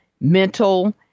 mental